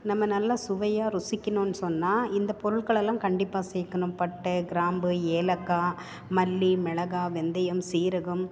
நம்ம நல்லா சுவையாக ருசிக்கணும்னு சொன்னால் இந்த பொருட்களெல்லாம் கண்டிப்பாக சேர்க்கணும் பட்டை கிராம்பு ஏலக்காய் மல்லி மிளகா வெந்தயம் சீரகம்